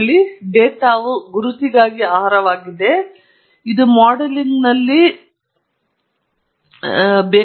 ನೀವು ಊಟಕ್ಕೆ ಮೀಸಲಾಗಿರುವ ಅತಿಥಿಗಳ ಸಂಖ್ಯೆಯನ್ನು ನಿಖರವಾಗಿ ಆಮಂತ್ರಿಸಲು ಬಯಸುತ್ತೇವೆ ಏಕೆಂದರೆ ನೀವು ಆಹಾರದ ಯಾವುದೇ ನಷ್ಟವನ್ನು ನೀವು ನೆನಪಿನಲ್ಲಿಟ್ಟುಕೊಳ್ಳಬಾರದು